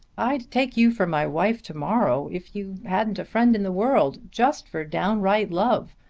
i'd take you for my wife to-morrow if you hadn't a friend in the world, just for downright love.